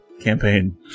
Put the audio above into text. campaign